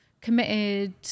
committed